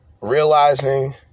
realizing